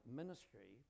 ministry